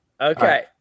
okay